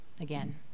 again